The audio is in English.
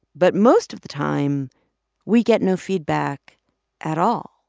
but most of the time we get no feedback at all